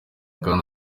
kandi